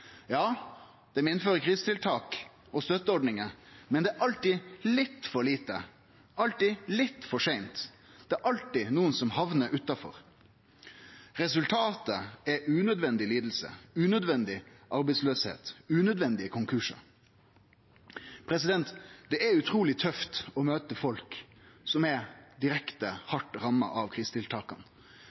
Ja, dei innfører krisetiltak og støtteordningar, men det er alltid litt for lite, alltid litt for seint. Det er alltid nokon som hamnar utanfor. Resultatet er unødvendig liding, unødvendig arbeidsløyse, unødvendige konkursar. Det er utruleg tøft å møte folk som er direkte hardt ramma av krisetiltaka: